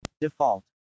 Default